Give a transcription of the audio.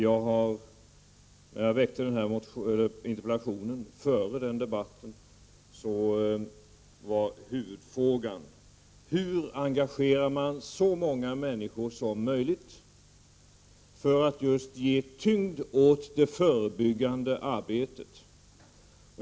Jag framställde den här interpellationen före den debatten, och då var huvudfrågan: Hur engagerar man så många männniskor som möjligt för att just ge tyngd åt det förebyggande arbetet?